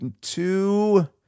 two